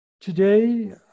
Today